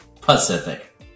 Pacific